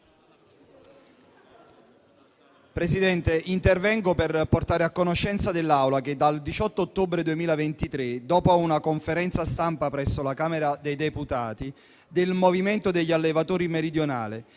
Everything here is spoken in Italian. Presidente, intervengo per portare a conoscenza dell'Aula che dal 18 ottobre 2023, dopo una conferenza stampa presso la Camera dei deputati del Movimento degli allevatori meridionale,